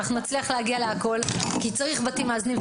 נצליח להגיע להכול כי צריך בתים מאזנים.